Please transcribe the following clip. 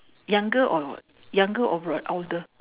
younger or younger or br~ older